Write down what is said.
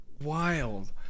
Wild